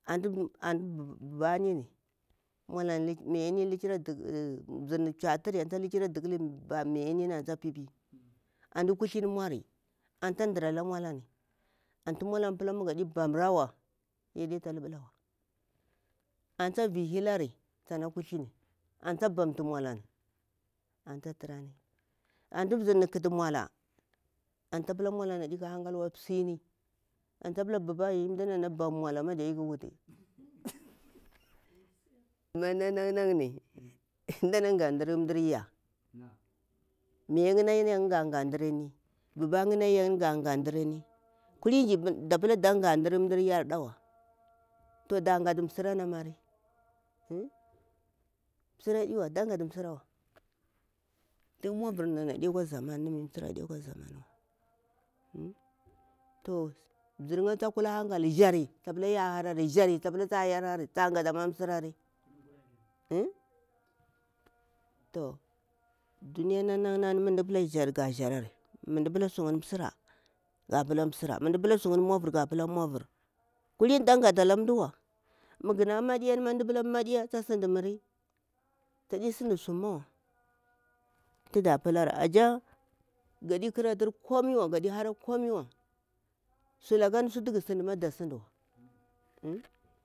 si mzirni mchi aturi antu tsa likira duƙal miyani antu tsa pipi antu kuthlini mauri antu ta ɗarala maulani pula mu gadi bam rawa yade ta laɓulawa antu tsa vi hilari kuthlini antu tsa bamtu maulani antu taturani antu mzirni ƙatu maula mda pulan deka hankalwa misini antu ta pula buba mdana na bam maula ma iƙa wuti, mu nan nani mda na gha ɗar darya miyana ya'ya ga gah ɗarinni buba ‘ya na ya'ya ga gahɗarinni kulini da pula da gah ɗarim dar yaɗawa tu daghatu msira ni amri uh, msira ɗiwa da ghatu msirawa tun mauvur ana kwa zamani wami msira adiwa toh mzir'ya ta kula hankal zari ta pula yahamari zhari ta pula ya harari ta ghata ma msirari eh. to duniya na nan na ni mu mda pula zhari ga zharari mamda pula msira gah pula msira, mu mda pula zhari ga zharari kulini da ghata landuwa mugana madiya mda pila miɗiyan ta sun mri tadi sun summawa tuda pilari asha gadi karatur komi wa sulaka tuga suɗani ma da suɗuwa uhmm.